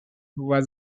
was